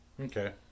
Okay